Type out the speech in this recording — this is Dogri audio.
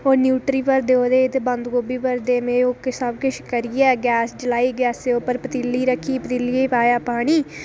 ओह् न्यूट्री भरदे ओह्दे च कन्नै बंदगोभी ते एह् सबकिश करियै गैस चलाई ते ओह्दे पर पतीली रक्खी ते पतीलियै च पाया पानी